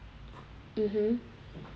mmhmm